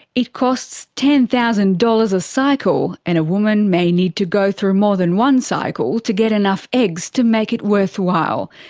it costs ten thousand dollars dollars a cycle, and a woman may need to go through more than one cycle to get enough eggs to make it worthwhile.